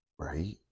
Right